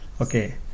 Okay